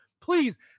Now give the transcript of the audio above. Please